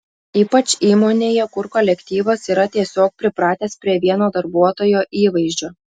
ypač įmonėje kur kolektyvas yra tiesiog pripratęs prie vieno darbuotojo įvaizdžio